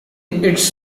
its